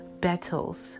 battles